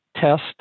test